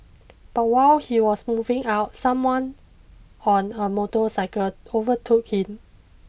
but while he was moving out someone on a motorcycle overtook him